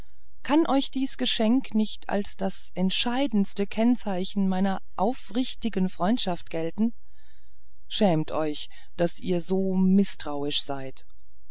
kann euch dies geschenk nicht als das entscheidendste kennzeichen meiner aufrichtigen freundschaft gelten schämt euch daß ihr so mißtrauisch seid